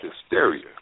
hysteria